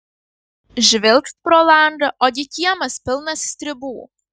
žvilgt pro langą ogi kiemas pilnas stribų